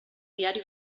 diari